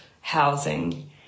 housing